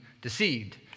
deceived